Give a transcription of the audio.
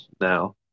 now